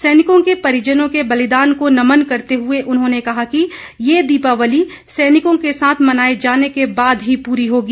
सैनिकों के परिजनों के बलिदान को नमन करते हुए उन्होंने कहा कि यह दीपावली सैनिकों के साथ मनाए जाने के बाद ही पूरी होगी